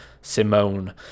simone